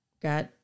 got